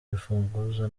rufunguzo